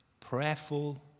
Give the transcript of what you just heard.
Prayerful